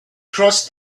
crossed